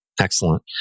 Excellent